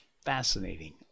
fascinating